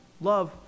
Love